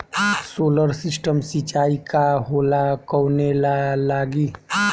Solar system सिचाई का होला कवने ला लागी?